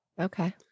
okay